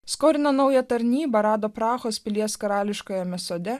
skolina naują tarnybą rado prahos pilies karališkajame sode